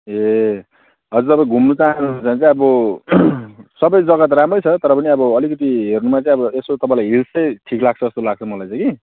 ए हजुर तपाईँ घुम्नु चाहनु हुन्छ भने चाहिँ अब सब जगा त राम्रो छ तर पनि अब अलिकति हेर्नुमा चाहिँ यसो तपाईँलाई हिल्स ठिक लाग्छ जस्तो लाग्छ मलाई चाहिँ कि